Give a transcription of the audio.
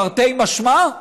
תרתי משמע.